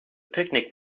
picnic